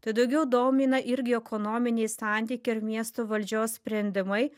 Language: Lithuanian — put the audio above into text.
tai daugiau domina irgi ekonominiai santykiai ir miesto valdžios sprendimai